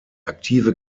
aktive